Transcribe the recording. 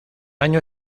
año